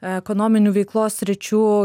ekonominių veiklos sričių